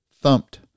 thumped